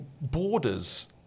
borders